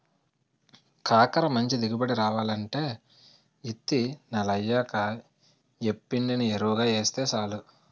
కాకర మంచి దిగుబడి రావాలంటే యిత్తి నెలయ్యాక యేప్పిండిని యెరువుగా యేస్తే సాలు